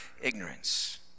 ignorance